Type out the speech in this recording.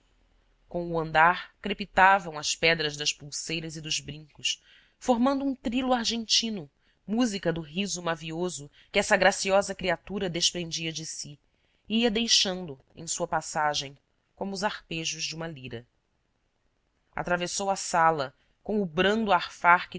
com o andar crepitavam as pedras das pulseiras e dos brincos formando um trilo argentino música do riso mavioso que